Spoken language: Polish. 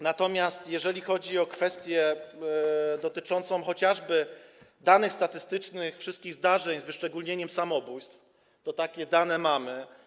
Natomiast jeżeli chodzi o kwestię dotyczącą chociażby danych statystycznych wszystkich zdarzeń, z wyszczególnieniem samobójstw, to takie dane mamy.